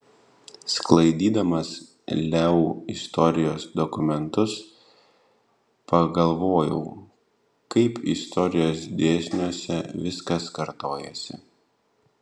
sklaidydamas leu istorijos dokumentus pagalvojau kaip istorijos dėsniuose viskas kartojasi